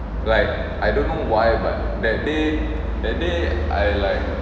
like I don't know why but that day that day I like